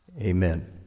Amen